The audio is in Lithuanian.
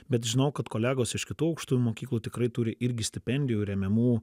bet žinau kad kolegos iš kitų aukštųjų mokyklų tikrai turi irgi stipendijų remiamų